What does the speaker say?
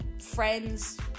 friends